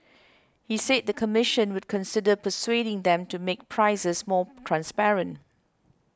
he said the commission would consider persuading them to make prices more transparent